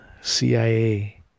CIA